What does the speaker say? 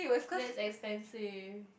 that's expensive